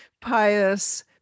pious